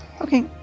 Okay